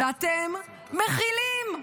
ואתם מכילים,